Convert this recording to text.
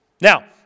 Now